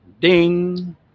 Ding